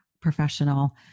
professional